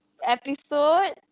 episode